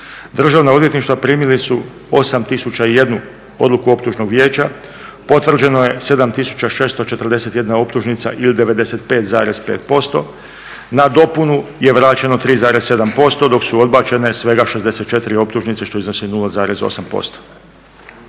Državna odvjetništva primili su 8001 odluku Optužnog vijeća, potvrđeno je 7641 optužnica ili 95,5%. Na dopunu je vraćeno 3,7% dok su odbačene svega 64 optužnice što iznosi 0,8%.